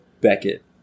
Beckett